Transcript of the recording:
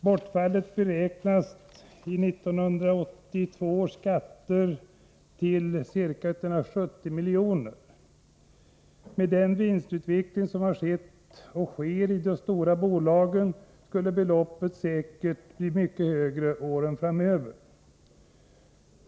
Bortfallet beräknas i 1982 års skatter till ca 170 milj.kr. Med den vinstutveckling som har skett och sker i de stora bolagen skulle beloppet säkert bli mycket högre under åren framöver.